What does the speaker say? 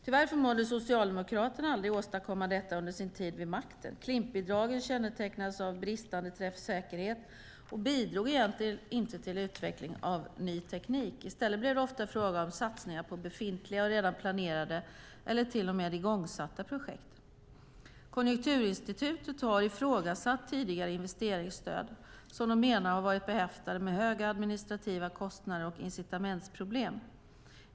Tyvärr förmådde Socialdemokraterna aldrig åstadkomma detta under sin tid vid makten. Klimpbidragen kännetecknades av bristande träffsäkerhet och bidrog egentligen inte till utveckling av ny teknik. I stället blev det ofta fråga om satsningar på befintliga och redan planerade eller till och med igångsatta projekt. Konjunkturinstitutet har ifrågasatt tidigare investeringsstöd, som de menar har varit behäftade med höga administrativa kostnader och incitamentsproblem.